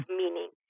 meaning